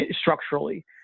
structurally